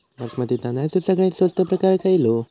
बासमती तांदळाचो सगळ्यात स्वस्त प्रकार खयलो?